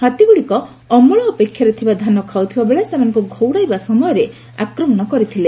ହାତୀଗୁଡିକ ଅମଳ ଅପେକ୍ଷାରେ ଥିବା ଧାନ ଖାଉଥିବାବେଳେ ସେମାନଙ୍କୁ ଘଉଡାଇବା ସମୟରେ ସେମାନେ ଆକ୍ରମଶ କରିଥିଲେ